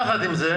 יחד עם זאת